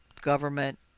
government